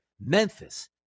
Memphis